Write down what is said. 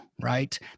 right